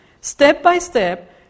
Step-by-step